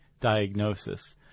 diagnosis